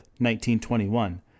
1921